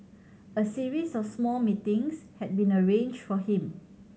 a series of small meetings had been arranged for him